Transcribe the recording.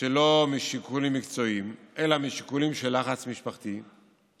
שלא משיקולים מקצועיים אלא משיקולים של לחץ משפחתי,